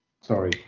Sorry